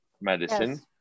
medicine